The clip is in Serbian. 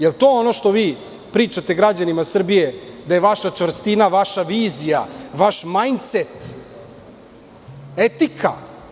Jel to ono što vi pričate građanima Srbije da je vaša čvrstina, vaša vizija, vaš majncet, etika.